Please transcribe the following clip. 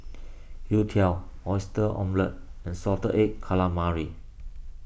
Youtiao Oyster Omelette and Salted Egg Calamari